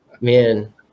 Man